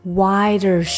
wider